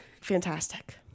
fantastic